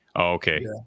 Okay